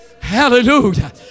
hallelujah